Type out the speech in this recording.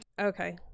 Okay